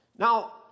Now